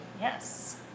Yes